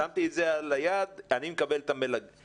שמתי את זה כיעד, אני מקבל את המלגה.